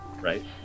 Right